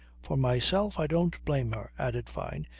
for myself i don't blame her, added fyne,